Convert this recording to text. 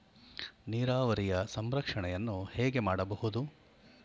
ನೀರಾವರಿಯ ಸಂರಕ್ಷಣೆಯನ್ನು ಹೇಗೆ ಮಾಡಬಹುದು?